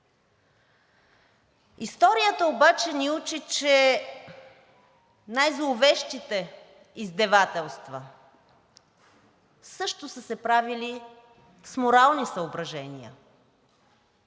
Историята обаче ни учи, че най-зловещите издевателства също са се правили с морални съображения.